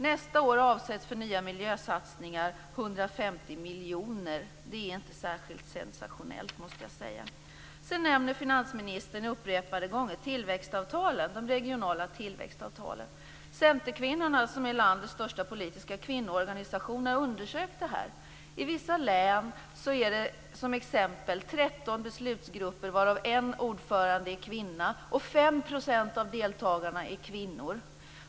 Nästa år avsätts för nya miljösatsningar 150 miljoner. Jag måste säga att det inte är särskilt sensationellt. Finansministern nämner upprepade gånger de regionala tillväxtavtalen. Centerkvinnorna, som är landets största politiska kvinnoorganisation, har undersökt dessa. I vissa län finns t.ex. 13 beslutsgrupper, där en av ordförandena är kvinna och där 5 % av deltagarna är kvinnor.